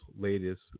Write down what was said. latest